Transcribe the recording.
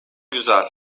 güzel